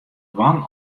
dwaan